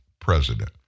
president